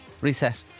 Reset